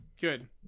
Good